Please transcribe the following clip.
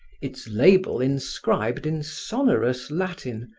its label inscribed in sonorous latin,